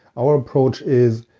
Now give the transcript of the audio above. our approach is,